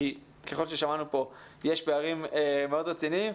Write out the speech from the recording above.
כי ככל ששמענו פה יש פערים מאוד רציניים,